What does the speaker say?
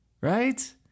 right